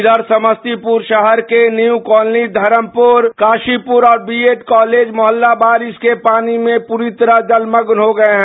इधर समस्तीपुर शहर के न्यू कॉलोनी धरमपुर काशीपुर और बीएड कॉलेज मुहल्ला बारिश के पानी से पूरी तरह जलमग्न हो गये है